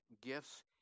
gifts